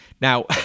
Now